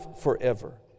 forever